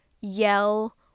yell